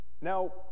Now